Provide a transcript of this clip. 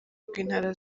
rw’intara